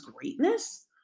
greatness